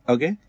Okay